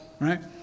right